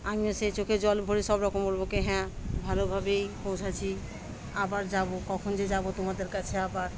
আমিও সেই চোখে জল ভরে সব রকম বলবো ক হ্যাঁ ভালোভাবেই পৌঁছাচ্ছি আবার যাবো কখন যে যাবো তোমাদের কাছে আবার